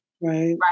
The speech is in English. Right